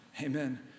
amen